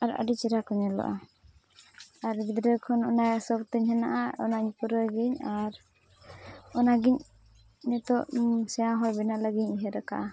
ᱟᱨ ᱟᱹᱰᱤ ᱪᱮᱦᱨᱟᱠᱚ ᱧᱮᱞᱚᱜᱼᱟ ᱟᱨ ᱜᱤᱫᱽᱨᱟᱹ ᱠᱷᱚᱱ ᱚᱱᱟ ᱥᱚᱠᱷᱛᱤᱧ ᱦᱮᱱᱟᱜᱼᱟ ᱚᱱᱟᱧ ᱯᱩᱨᱟᱹᱣ ᱜᱮᱭᱟᱹᱧ ᱟᱨ ᱚᱱᱟᱜᱮ ᱱᱤᱛᱳᱜ ᱥᱮᱬᱟᱦᱚᱲ ᱵᱮᱱᱟᱜ ᱞᱟᱹᱜᱤᱫᱤᱧ ᱩᱭᱦᱟᱹᱨᱠᱟᱫᱟ